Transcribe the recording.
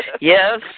Yes